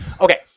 Okay